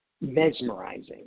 mesmerizing